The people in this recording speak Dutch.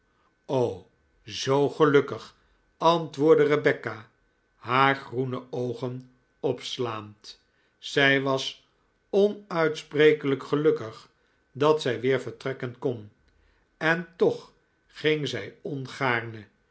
zoo gelukkig antwoordde rebecca haar groene oogen opslaand zij was onuitsprekelijk gelukkig dat zij weer vertrekken kon en toch ging zij